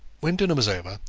when dinner was over,